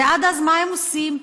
ועד אז, מה הם עושים?